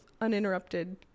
uninterrupted